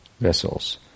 vessels